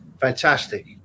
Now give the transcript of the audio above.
fantastic